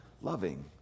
loving